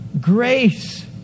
grace